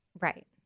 Right